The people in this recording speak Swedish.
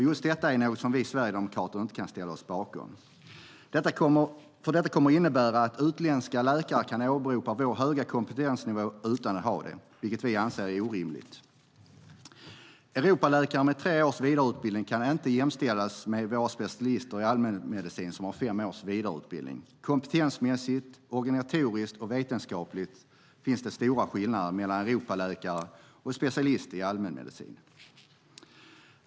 Just detta är något som vi sverigedemokrater inte kan ställa oss bakom, för detta kommer att innebära att utländska läkare kan åberopa vår höga kompetensnivå utan att ha den, vilket vi anser är orimligt. Europaläkare med tre års vidareutbildning kan inte jämställas med våra specialister i allmänmedicin som har fem års vidareutbildning. Kompetensmässigt, organisatoriskt och vetenskapligt finns det stora skillnader mellan Europaläkare och specialist i allmänmedicin.